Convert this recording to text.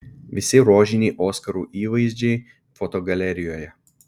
visi rožiniai oskarų įvaizdžiai fotogalerijoje